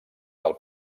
del